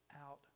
out